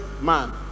man